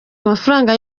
amafaranga